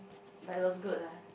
but it was good lah